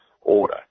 order